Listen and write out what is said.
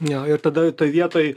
jo ir tada toj vietoj